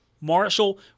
Marshall